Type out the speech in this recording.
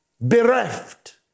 bereft